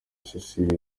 cecile